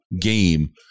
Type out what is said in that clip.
game